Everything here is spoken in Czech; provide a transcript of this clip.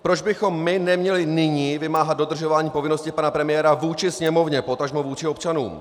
Proč bychom my neměli nyní vymáhat dodržování povinnosti pana premiéra vůči Sněmovně, potažmo vůči občanům?